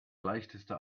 leichteste